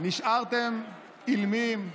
נשארתם אילמים,